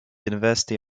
university